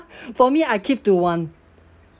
for me I keep to one